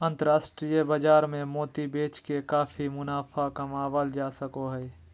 अन्तराष्ट्रिय बाजार मे मोती बेच के काफी मुनाफा कमावल जा सको हय